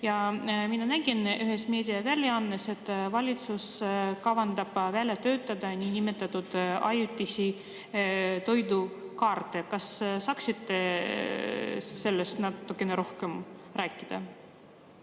Mina nägin ühes meediaväljaandes, et valitsus kavandab välja töötada niinimetatud ajutised toidukaardid. Kas te saaksite sellest natuke rohkem rääkida?